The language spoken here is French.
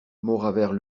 mauravert